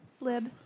Lib